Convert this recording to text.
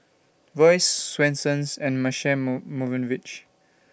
Royce Swensens and Marche move Movenpick